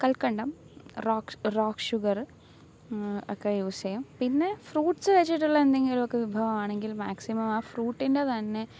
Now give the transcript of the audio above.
കൽക്കണ്ടം rock rock sugar ഒക്കെ use ചെയ്യും പിന്നെ ഫ്രൂട്സ് വെച്ചിട്ടുള്ള എന്തെങ്കിലു ഒക്കെ വിഭവമാണെങ്കിൽ മാക്സിമാ ആ ഫ്രൂട്ടിൻ്റെ തന്നെ